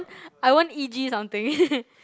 I want e_g something